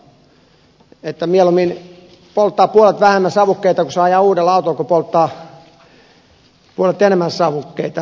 mieluummin polttaa puolet vähemmän savukkeita kun saa ajaa uudella autolla kuin polttaa puolet enemmän savukkeita ja ajaa vanhalla autolla